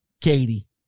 Katie